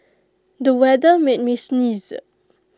the weather made me sneeze